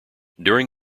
during